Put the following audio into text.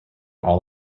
all